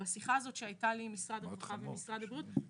בשיחה שהיתה לי עם משרד הרווחה ומשרד הבריאות התשובה היא לא.